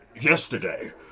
yesterday